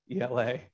ELA